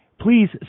please